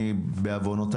אני מלווה